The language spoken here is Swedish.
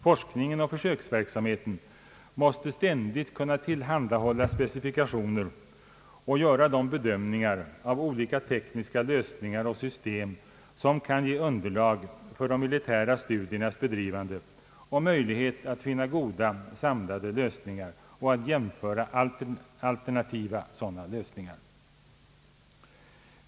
Forskningen och försöksverksamheten måste ständigt kunna tillhandahål la de specifikationer och de bedömningar av olika tekniska lösningar och system som kan ge underlag för de militära studiernas bedrivande och möjlighet att finna goda samlande lösningar samt att jämföra alternativa sådana.